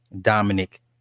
Dominic